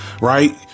right